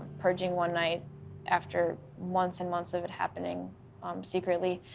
purging one night after months and months of it happening secretly,